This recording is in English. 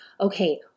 okay